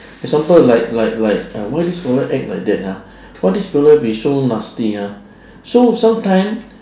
example like like like uh why this fella act like that ah why this fella be so nasty ah so sometime